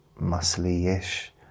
muscly-ish